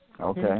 Okay